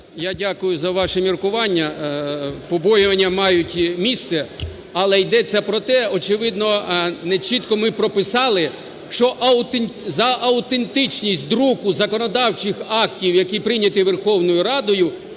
Я дякую за ваші міркування, побоювання мають місце. Але йдеться про те, очевидно, не чітко ми прописали, що за автентичність друку законодавчих актів, які прийняті Верховною Радою